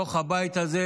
בתוך הבית הזה,